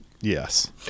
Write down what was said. yes